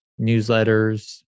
newsletters